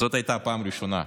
זאת הייתה הפעם הראשונה.